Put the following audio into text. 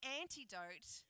antidote